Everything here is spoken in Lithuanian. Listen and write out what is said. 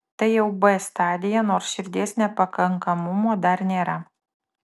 tai jau b stadija nors širdies nepakankamumo dar nėra